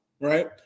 right